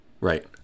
Right